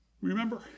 Remember